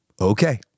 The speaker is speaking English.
Okay